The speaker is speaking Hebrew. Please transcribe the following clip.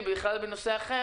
כן,